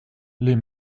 les